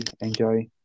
enjoy